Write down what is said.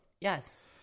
Yes